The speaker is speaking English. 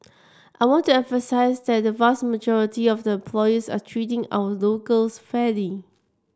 I want to emphasise that the vast majority of the employees are treating our locals fairly